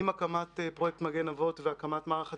עם הקמת פרויקט "מגן אבות" והקמת מערך הדיגום,